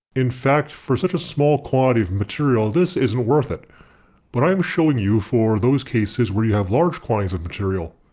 in fact for such a small quantity of material this isn't worth it but i'm showing you for those cases where you have large quantities of material.